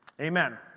Amen